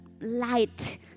light